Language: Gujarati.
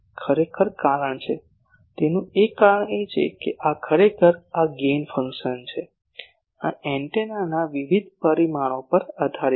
ખરેખર કારણ છે તેનું એક કારણ છે કે આ ખરેખર આ ગેઇન ફંક્શન છે આ એન્ટેનાના વિવિધ પરિમાણો પર આધારિત છે